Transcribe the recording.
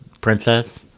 princess